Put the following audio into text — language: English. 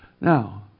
Now